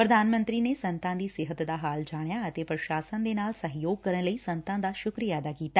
ਪ੍ਰਧਾਨ ਮੰਤਰੀ ਨੇ ਸੰਤਾਂ ਦੀ ਸਿਹਤ ਦਾ ਹਾਲ ਜਾਣਿਆ ਅਤੇ ਪ੍ਰਸ਼ਾਸਨ ਦੇ ਨਾਲ ਸਹਿਯੋਗ ਕਰਨ ਲਈ ਸੰਤਾਂ ਦਾ ਸੂੰਕਰੀਆ ਕੀਤਾ